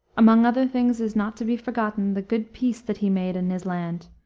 among other things is not to be forgotten the good peace that he made in this land,